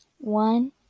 one